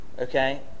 okay